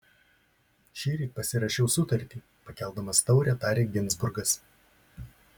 šįryt pasirašiau sutartį pakeldamas taurę tarė ginzburgas